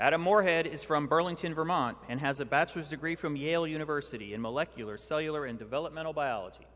adam morehead is from burlington vermont and has a bachelor's degree from yale university in molecular cellular and developmental biology